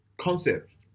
concepts